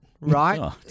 right